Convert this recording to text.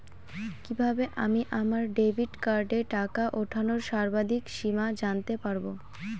কিভাবে আমি আমার ডেবিট কার্ডের টাকা ওঠানোর সর্বাধিক সীমা জানতে পারব?